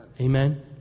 Amen